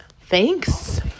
thanks